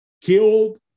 killed